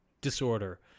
disorder